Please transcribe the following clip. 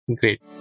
great